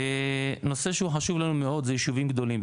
נושא שחשוב לנו מאוד זה יישובים גדולים.